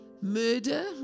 murder